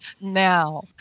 now